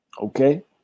Okay